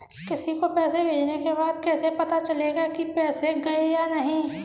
किसी को पैसे भेजने के बाद कैसे पता चलेगा कि पैसे गए या नहीं?